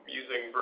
using